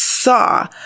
saw